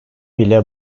bile